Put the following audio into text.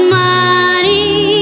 money